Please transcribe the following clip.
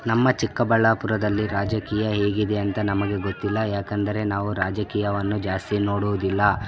ನಮ್ಮ ಚಿಕ್ಕಬಳ್ಳಾಪುರದಲ್ಲಿ ರಾಜಕೀಯ ಹೇಗಿದೆ ಅಂತ ನಮಗೆ ಗೊತ್ತಿಲ್ಲ ಏಕೆಂದರೆ ನಾವು ರಾಜಕೀಯವನ್ನು ಜಾಸ್ತಿ ನೋಡೋದಿಲ್ಲ